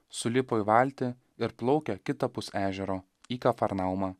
sulipo į valtį ir plaukia kitapus ežero į kafarnaumą